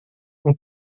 mon